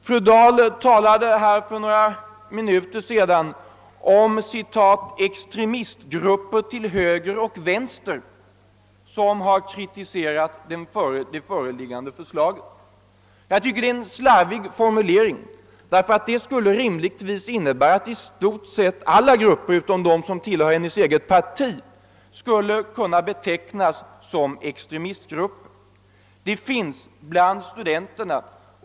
Fru Dahl talade här för några minuter sedan om »extremistgrupper» till höger och vänster, som har kritiserat det föreliggande förslaget. Jag tycker det är en slarvig formulering. Den skulle innebära att i stort sett alla grupper utom de som tillhör hennes eget parti skulle kunna betecknas som extremistgrupper.